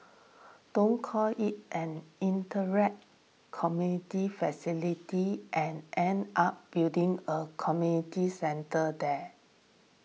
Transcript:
don't call it an community facility and end up building a community centre there